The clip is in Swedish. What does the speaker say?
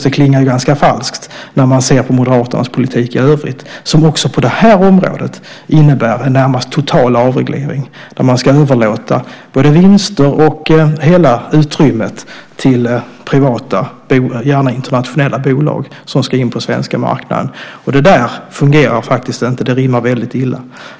Det klingar ganska falskt när man ser på Moderaternas politik i övrigt. Också på det här området innebär den en närmast total avreglering. Man ska överlåta både vinster och hela utrymmet till privata, gärna internationella, bolag som ska in på den svenska marknaden. Det fungerar faktiskt inte. Det rimmar väldigt illa.